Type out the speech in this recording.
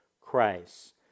Christ